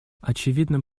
очевидным